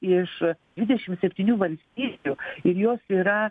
iš dvidešimt septynių valstybių ir jos yra